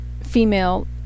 female